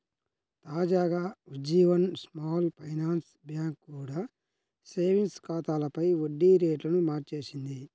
తాజాగా Ujjivan small finance bank కూడా savings ఖాతాలపై వడ్డీ రేట్లను మార్చేసింది